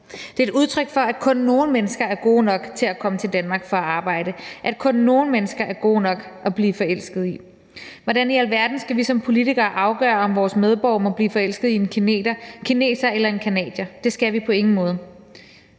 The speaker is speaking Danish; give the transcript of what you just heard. Det er et udtryk for, at kun nogle mennesker er gode nok til at komme til Danmark for at arbejde, at kun nogle mennesker er gode nok at blive forelsket i. Hvordan i alverden skal vi som politikere afgøre, om vores medborgere må blive forelsket i en kineser eller en canadier? Det skal vi på ingen måde.